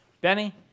Benny